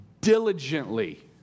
diligently